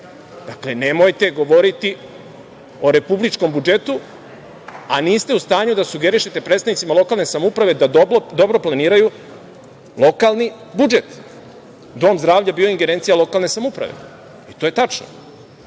dakle, nemojte govoriti o republičkom budžetu a niste u stanju da sugerišete predstavnicima lokalne samouprave da dobro planiraju lokalni budžet. Dom zdravlja je bio ingerencija lokalne samouprave, i to je tačno.